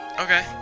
Okay